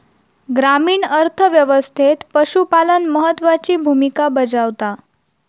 ग्रामीण अर्थ व्यवस्थेत पशुपालन महत्त्वाची भूमिका बजावता